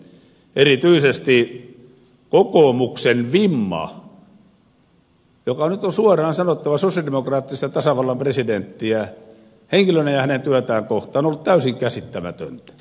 erityisesti kokoomuksen vimma joka nyt on suoraan sanottava sosialidemokraattista tasavallan presidenttiä henkilönä ja hänen työtään kohtaan on ollut täysin käsittämätöntä